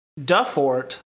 Duffort